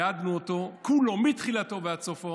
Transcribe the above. ייעדנו אותו, כולו, מתחילתו ועד סופו,